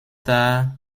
tard